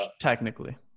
technically